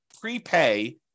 prepay